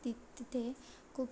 तिथे तिथे खूप